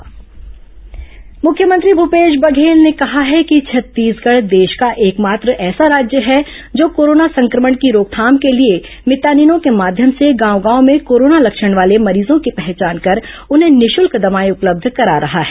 मुख्यमंत्री समीक्षा मुख्यमंत्री भूपेश बधेल ने कहा है कि छत्तीसगढ़ देश का एकमात्र ऐसा राज्य है जो कोरोना संक्रमण की रोकथाम के लिए मितानिनों के माध्यम से गांव गांव में कोरोना लक्षण वाले मरीजों की पहचान कर उन्हें निःशुल्क दवाएं उपलब्ध करा रहा है